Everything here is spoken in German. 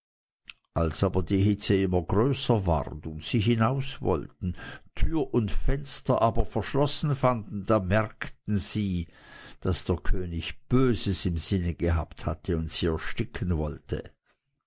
als aber die hitze immer größer ward und sie hinaus wollten türe und fenster aber verschlossen fanden da merkten sie daß der könig böses im sinne gehabt hatte und sie ersticken wollte